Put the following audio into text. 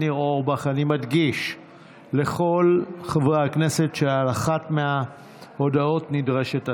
מדגיש לכל חברי הכנסת שעל אחת מההודעות נדרשת הצבעה.